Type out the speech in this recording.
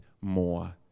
more